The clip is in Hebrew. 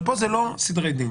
אבל פה זה לא סדרי דין,